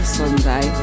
sunday